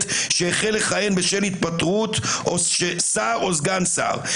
שהחל לכהן בשל התפטרות של שר או סגן שר,